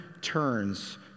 turns